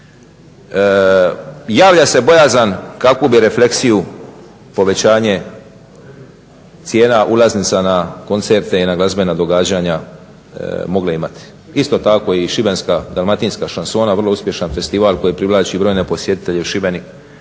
Javlja se bojazan kakvu bi refleksiju povećanje cijena ulaznica na koncerte i na glazbena događanja mogle imati. Isto tako i Šibenska-dalmatinska šansona vrlo uspješan festival koji privlači brojne posjetitelje u Šibenik.